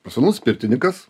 pas mus pirtininkas